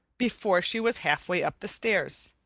before she was halfway up the stairs.